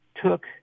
took